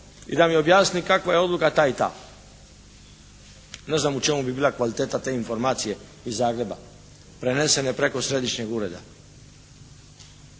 i da mi objasni kakva je odluka ta i ta. Ne znam u čemu bi bila kvaliteta te informacije iz Zagreba prenesene preko središnjeg ureda.